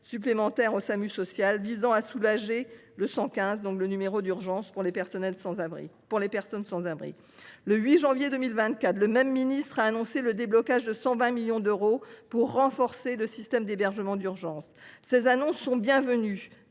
personnes au Samu social, visant à soulager le 115, le numéro d’urgence pour les personnes sans abri. Le 8 janvier 2024, le même ministre a annoncé le déblocage de 120 millions d’euros pour « renforcer le système d’hébergement d’urgence ». Ces annonces sont bienvenues,